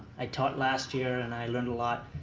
i taught last year and i learned a lot,